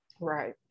Right